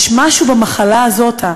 יש משהו במחלה הזאת,